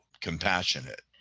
compassionate